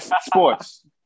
sports